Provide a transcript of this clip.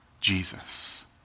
Jesus